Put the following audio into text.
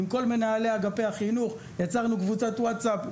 עם כל מנהלי אגפי החינוך יצרנו קבוצת ווטסאפ.